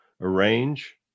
arrange